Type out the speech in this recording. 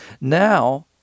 now